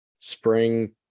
spring